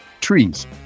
trees